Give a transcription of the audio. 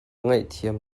ngaihthiam